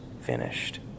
finished